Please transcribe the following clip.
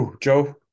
Joe